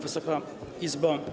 Wysoka Izbo!